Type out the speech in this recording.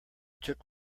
took